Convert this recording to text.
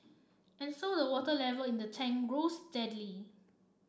and so the water level in the tank rose steadily